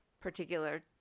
particular